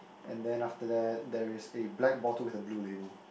and then after that there is a black bottle with a blue label